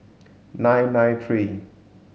nine nine three